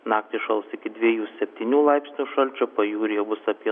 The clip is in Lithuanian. naktį šals iki dviejų septynių laipsnių šalčio pajūryje bus apie